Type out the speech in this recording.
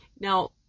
Now